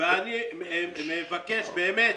אני מבקש ממך,